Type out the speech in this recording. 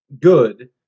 good